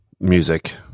music